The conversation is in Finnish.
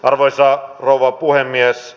arvoisa rouva puhemies